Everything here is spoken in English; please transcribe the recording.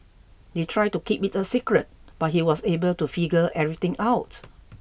they tried to keep it a secret but he was able to figure everything out